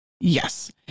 Yes